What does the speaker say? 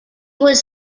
was